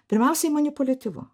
pirmiausiai manipuliatyvu